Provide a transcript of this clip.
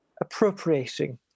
appropriating